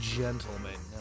gentlemen